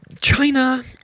China